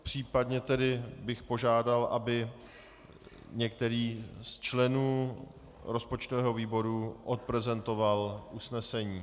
Případně tedy bych požádal, aby některý z členů rozpočtového výboru odprezentoval usnesení.